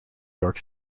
york